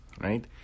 right